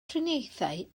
triniaethau